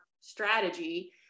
strategy